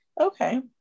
Okay